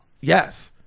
Yes